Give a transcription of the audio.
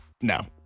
No